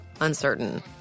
uncertain